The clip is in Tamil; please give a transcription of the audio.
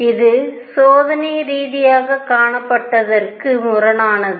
இது சோதனை ரீதியாகக் காணப்பட்டதற்கு முரணானது